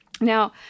Now